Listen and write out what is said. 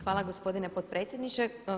Hvala gospodine potpredsjedniče.